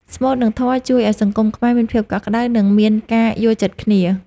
ស្មូត និងធម៌ជួយឱ្យសង្គមខ្មែរមានភាពកក់ក្ដៅ និងមានការយល់ចិត្តគ្នា។